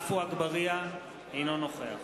עפו אגבאריה, אינו נוכח